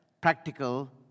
practical